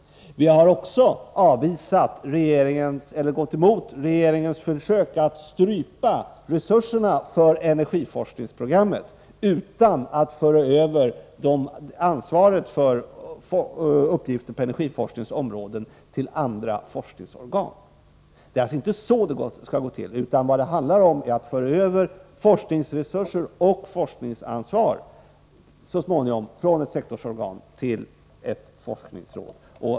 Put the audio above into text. Vi har också gått emot regeringens försök att strypa resurserna för energiforskningsprogrammet utan att föra över ansvaret för uppgifter på energiforskningens område till andra forskningsorgan. Det är alltså inte så det skall gå till. Vad det handlar om är att så småningom föra över forskningsresurser och forskningsansvar från ett sektorsorgan till ett forskningsråd.